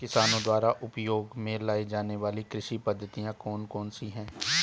किसानों द्वारा उपयोग में लाई जाने वाली कृषि पद्धतियाँ कौन कौन सी हैं?